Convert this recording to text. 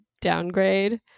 downgrade